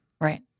Right